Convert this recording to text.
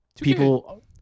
People